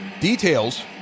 Details